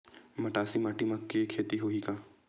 मटासी माटी म के खेती होही का?